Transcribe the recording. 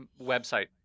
website